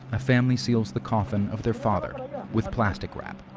a family seals the coffin of their father with plastic wrap.